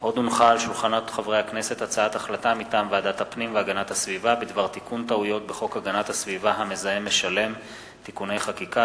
הצעת חוק איסור הפליה של תלמידים במערכת החינוך (תיקוני חקיקה),